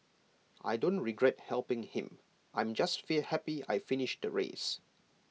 I don't regret helping him I'm just happy I finished the race